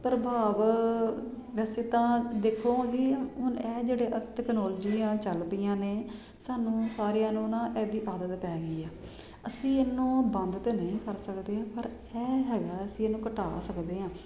ਪ੍ਰਭਾਵ ਵੈਸੇ ਤਾਂ ਦੇਖੋ ਜੀ ਹੁਣ ਐਹ ਜਿਹੜੇ ਅਸ ਤਕਲੋਜੀਆਂ ਚੱਲ ਪਈਆਂ ਨੇ ਸਾਨੂੰ ਸਾਰਿਆਂ ਨੂੰ ਨਾ ਇਹਦੀ ਆਦਤ ਪੈ ਗਈ ਆ ਹੈ ਅਸੀਂ ਇਹਨਾਂ ਨੂੰ ਬੰਦ ਤਾਂ ਨਹੀਂ ਕਰ ਸਕਦੇ ਪਰ ਐਹ ਹੈਗਾ ਅਸੀਂ ਇਹਨੂੰ ਘਟਾ ਸਕਦੇ ਹਾਂ